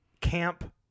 camp